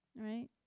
right